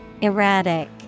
Erratic